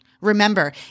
Remember